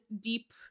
deep